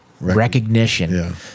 recognition